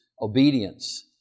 obedience